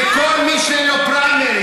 לכל מי שאין לו פריימריז,